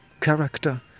character